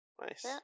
nice